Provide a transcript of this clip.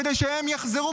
כדי שהם יחזרו.